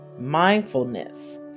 mindfulness